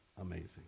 amazing